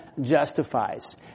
justifies